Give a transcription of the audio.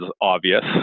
obvious